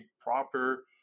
proper